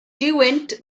duwynt